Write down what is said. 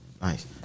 nice